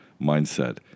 mindset